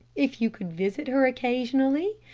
if you could visit her occasionally,